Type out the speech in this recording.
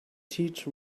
teach